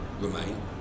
Remain